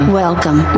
welcome